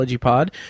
Pod